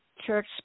church